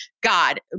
God